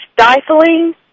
stifling